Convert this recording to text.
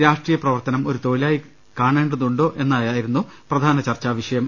രാഷ്ട്രീയപ്രവർത്തനം ഒരു തൊഴിലായി കാണേണ്ടതാണോ എന്നതായിരുന്നു പ്രധാന ചർച്ച വിഷയം